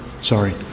sorry